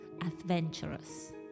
adventurous